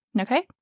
Okay